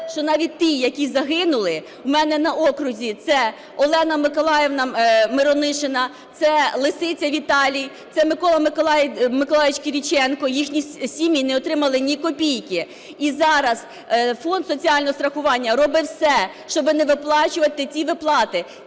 що навіть ті, які загинули, у мене на окрузі це Олена Миколаївна Миронишена, це Лисиця Віталій, це Микола Миколайович Кіріченко, їхні сім'ї не отримали ні копійки. І зараз фонд соціального страхування робить все, щоб не виплачувати ці виплати,